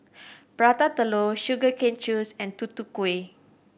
Prata Telur sugar cane juice and Tutu Kueh